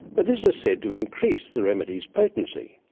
but this is said to increase the remedy's potency.